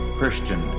Christian